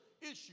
issue